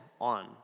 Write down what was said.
on